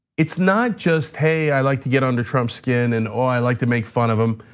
it's not just, hey, i like to get under trump's skin and all, i like to make fun of him.